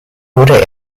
wurde